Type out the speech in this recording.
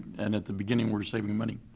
and at the beginning we were saving money?